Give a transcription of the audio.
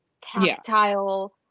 tactile